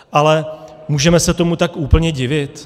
Ale můžeme se tomu tak úplně divit?